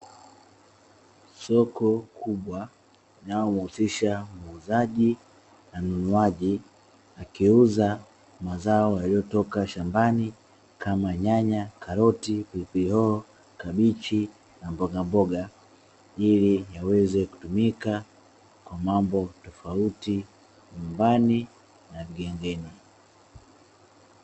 Soko kubwa linalomhusisha muuzaji na mnunuaji akiuza mazao yaliyotoka shambani kama: nyanya, karoti, pilipili hoho, kabichi na mbogamboga ili yaweze kutumika kwa mambo tofauti nyumbani na magengeni.